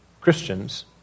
Christians